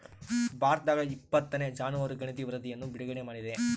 ಭಾರತದಾಗಇಪ್ಪತ್ತನೇ ಜಾನುವಾರು ಗಣತಿ ವರಧಿಯನ್ನು ಬಿಡುಗಡೆ ಮಾಡಿದೆ